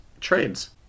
trades